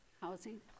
Housing